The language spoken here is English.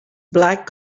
black